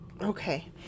okay